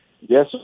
Yes